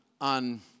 on